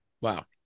Wow